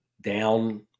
down